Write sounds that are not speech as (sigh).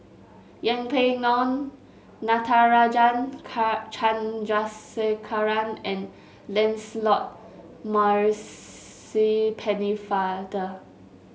Yeng Pway Ngon Natarajan (unintelligible) Chandrasekaran and Lancelot (unintelligible) Pennefather